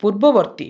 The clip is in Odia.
ପୂର୍ବବର୍ତ୍ତୀ